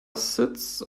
sits